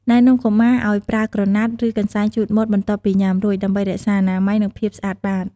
ណែនាំកុមារឲ្យប្រើក្រណាត់ ឬកន្សែងជូតមាត់បន្ទាប់ពីញ៉ាំរួច ដើម្បីរក្សាអនាម័យ និងភាពស្អាតបាត។